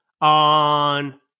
on